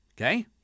okay